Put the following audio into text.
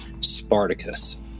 Spartacus